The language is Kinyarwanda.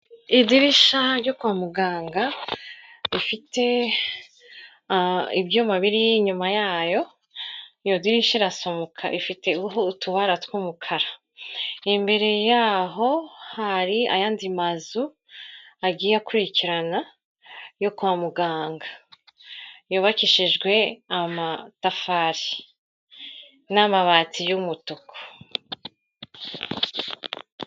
Idirisha ryo kwa muganga, rifite ibyuma biri inyuma yayo, iyo dirisha irasa umukara; ifite ho utubara tw'umukara. Imbere yaho hari ayandi mazu, agiye akurikirana, yo kwa muganga. Yubakishijwe amatafari, n'amabati y'umutuku.